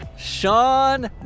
Sean